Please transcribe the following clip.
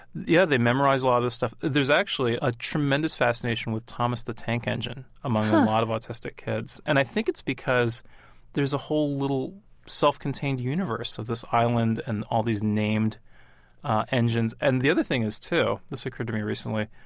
yeah. they memorize a lot of stuff. there's actually a tremendous fascination with thomas the tank engine among a lot of autistic kids. and i think it's because there's a whole little self-contained universe of this island and all these named engines. and the other thing is too, this occurred to me recently,